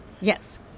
Yes